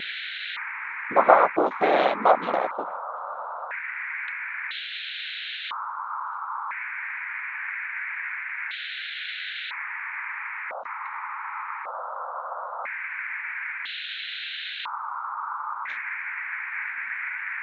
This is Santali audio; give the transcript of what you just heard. ᱵᱟᱦᱟᱜ ᱟᱠᱚ ᱥᱮ ᱢᱟᱜᱼᱢᱚᱬᱮᱜ ᱟᱠᱚ